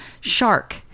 shark